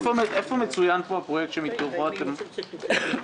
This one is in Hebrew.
איפה מצוין פה הפרויקט שמתוכו --- כן.